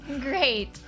Great